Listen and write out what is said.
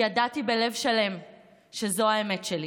כי ידעתי בלב שלם שזו האמת שלי.